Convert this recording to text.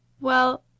Well